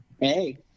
hey